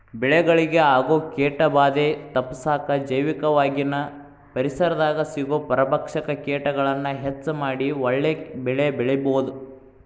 ಬೆಳೆಗಳಿಗೆ ಆಗೋ ಕೇಟಭಾದೆ ತಪ್ಪಸಾಕ ಜೈವಿಕವಾಗಿನ ಪರಿಸರದಾಗ ಸಿಗೋ ಪರಭಕ್ಷಕ ಕೇಟಗಳನ್ನ ಹೆಚ್ಚ ಮಾಡಿ ಒಳ್ಳೆ ಬೆಳೆಬೆಳಿಬೊದು